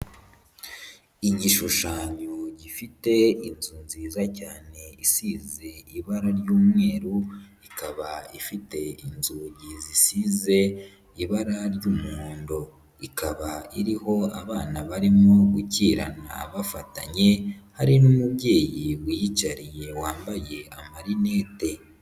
Igishushanyo gifite inzu nziza cyane isize ibara ry'umweru, ikaba ifite inzugi zisize ibara ry'umuhondo, ikaba iriho abana barimo gukirana bafatanye, hari n'umubyeyi wiyicariye wambaye amarinete.